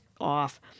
off